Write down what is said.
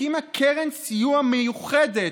הקימה קרן סיוע מיוחדת,